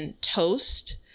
toast